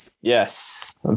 Yes